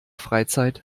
freizeit